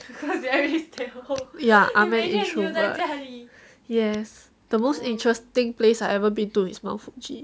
ya I mean it's true yes the most interesting place I've ever been to is mount fuji